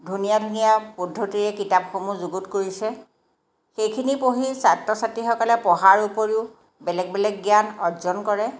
ধনীয়া ধুনীয়া পদ্ধতিৰে কিতাপসমূহ যুগুত কৰিছে সেইখিনি পঢ়ি ছাত্ৰ ছাত্ৰীসকলে পঢ়াৰ উপৰিও বেলেগ বেলেগ জ্ঞান অৰ্জন কৰে